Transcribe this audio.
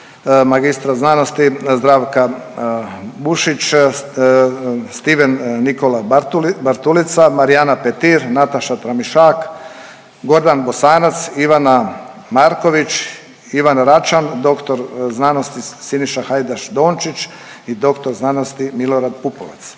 Davor Ivo Stier, mag. sc. Stephen Nikola Bartulica, Marijana Petir, Nataša Tramišak, Gordan Bosanac, Ivana Marković, Ivan Račan, dr. sc. Siniša Hajdaš Dončić i dr. sc. Milorad Pupovac.